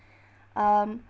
um